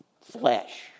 flesh